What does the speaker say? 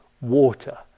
water